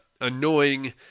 annoying